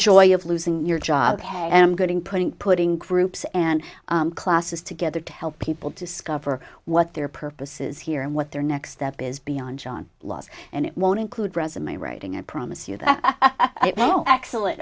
joy of losing your job hey i'm getting putting putting groups and classes together to help people discover what their purposes here and what their next step is beyond john laws and it won't include resume writing a promise oh excellent